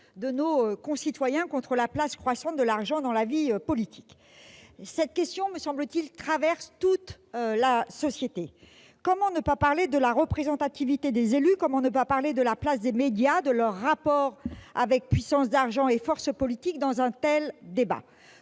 de nos concitoyens face à la place croissante de l'argent dans la vie politique. Cette question traverse, me semble-t-il, toute la société. Comment ne pas parler de la représentativité des élus ? Comment ne pas parler de la place des médias, de leurs rapports avec puissances d'argent et forces politiques dans un tel débat ?